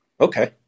Okay